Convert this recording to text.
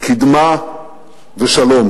קדמה ושלום,